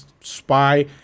spy